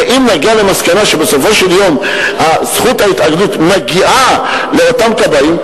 ואם נגיע למסקנה שבסופו של דבר זכות ההתארגנות מגיעה לכבאים,